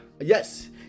Yes